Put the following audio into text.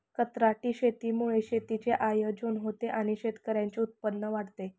कंत्राटी शेतीमुळे शेतीचे आयोजन होते आणि शेतकऱ्यांचे उत्पन्न वाढते